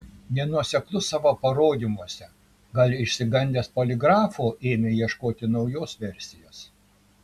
nenuoseklus savo parodymuose gal išsigandęs poligrafo ėmė ieškoti naujos versijos